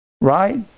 Right